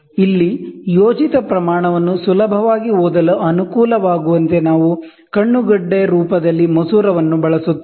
ಇಲ್ಲಿ ಯೋಜಿತ ಪ್ರಮಾಣವನ್ನು ಸುಲಭವಾಗಿ ಓದಲು ಅನುಕೂಲವಾಗುವಂತೆ ನಾವು ಐ ಪೀಸ್ ರೂಪದಲ್ಲಿ ಲೆನ್ಸ್ ನ್ನು ಬಳಸುತ್ತೇವೆ